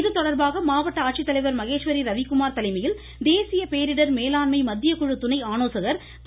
இதுதொடர்பாக மாவட்ட ஆட்சித்தலைவர் மகேஸ்வரி ரவிக்குமார் தலைமையில் தேசிய பேரிடர் மேலாண்மை மத்திய குழு துணை ஆலோசகர் திரு